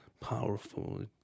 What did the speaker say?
powerful